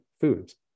Foods